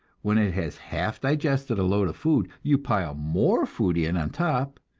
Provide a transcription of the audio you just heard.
when it has half digested a load of food, you pile more food in on top,